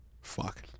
Fuck